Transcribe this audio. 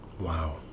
Wow